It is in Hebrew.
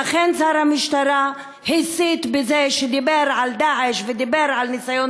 ואכן שר המשטרה הסית בזה שדיבר על "דאעש" ודיבר על ניסיון